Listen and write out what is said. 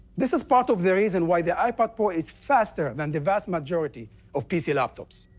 this is part of the reason why the ipad pro is faster than the vast majority of pc laptops.